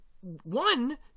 one